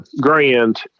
grand